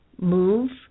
move